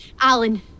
Alan